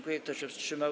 Kto się wstrzymał?